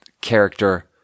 character